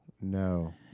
No